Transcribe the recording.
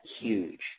huge